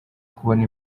kubona